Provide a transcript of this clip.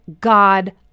God